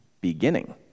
beginning